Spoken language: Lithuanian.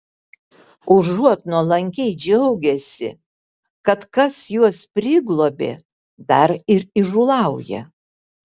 užuot nuolankiai džiaugęsi kad kas juos priglobė dar ir įžūlauja